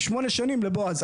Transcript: שמונה שנים לבועז.